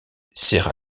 serra